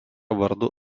vardu